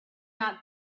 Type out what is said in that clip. not